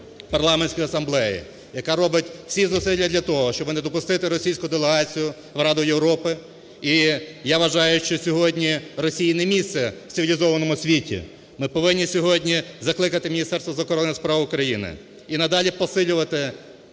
Парламентської асамблеї, яка робить всі зусилля для того, щоби не допустити російську делегацію в Раду Європи. І я вважаю, що сьогодні Росії не місце в цивілізованому світі. Ми повинні сьогодні закликати Міністерство закордонних справ України і надалі посилювати